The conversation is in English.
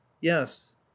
Yes